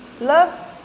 love